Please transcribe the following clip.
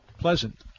pleasant